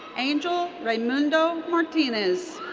angel reymundo martinez.